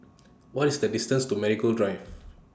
What IS The distance to Marigold Drive